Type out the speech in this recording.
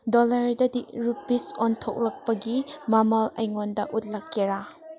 ꯗꯣꯂꯔꯗꯗꯤ ꯔꯨꯄꯤꯁ ꯑꯣꯟꯊꯣꯛꯂꯛꯄꯒꯤ ꯃꯃꯜ ꯑꯩꯉꯣꯟꯗ ꯎꯠꯂꯛꯀꯦꯔꯥ